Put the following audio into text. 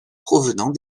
provenant